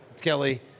Kelly